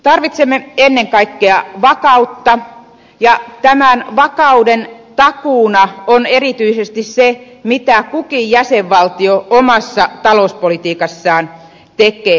tarvitsemme ennen kaikkea vakautta ja tämän vakauden takuuna on erityisesti se mitä kukin jäsenvaltio omassa talouspolitiikassaan tekee